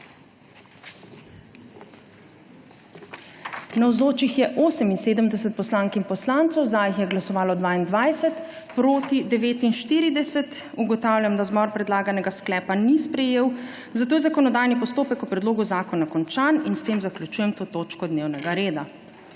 Navzočih je 78 poslank in poslancev, za je glasovalo 22, proti 49. (Za je glasovalo 22.) (Proti 49.) Ugotavljam, zbor predlaganega sklepa ni sprejel, zato je zakonodajni postopek o predlogu zakona končan in s tem zaključujem to točko dnevnega reda.